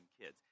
kids